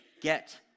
get